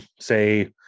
say